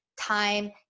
Time